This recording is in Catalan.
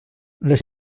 les